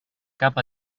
cap